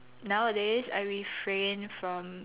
nowadays I refrain from